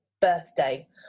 birthday